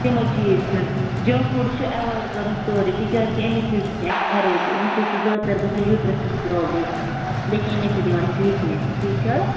تِمَے چیٖز کھیوٚن جنٛک فُڈٕز چھِ اٮ۪وایِڈ کَرُن سورٕے تِکیٛازِکہِ أمی سۭتۍ گژھِ خرٲبی أمۍ سۭتۍ چھِ زیادٕ تَر گژھان یوٗٹرَسَس پرابلِم بیٚیہِ چھِ أمی سۭتۍ یِوان اَسہِ ویٖکنٮ۪س ٹھیٖک چھِ حظ